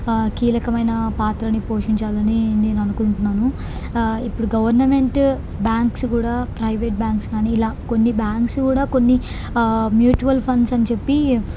కీలకమైన పాత్రని పోషించాలని నేననుకుంటున్నాను ఇప్పుడు గవర్నమెంటు బ్యాంక్స్ కూడా ప్రైవేట్ బ్యాంక్స్ కానీ ఇలా కొన్ని బ్యాంక్స్ కూడా కొన్ని మ్యూటువల్ ఫండ్స్ అని చెప్పి